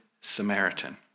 Samaritan